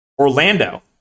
Orlando